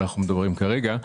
אנחנו מדברים כרגע,